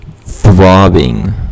Throbbing